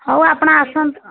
ହଉ ଆପଣ ଆସନ୍ତୁ